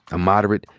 a moderate,